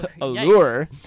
Allure